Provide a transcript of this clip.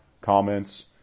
comments